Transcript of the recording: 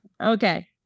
okay